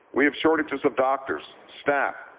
we have shortages of doctors, staff,